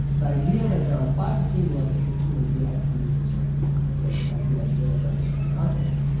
the idea that there are five distinct love languages may be as familiar to some people today as the idea that there are seven continents,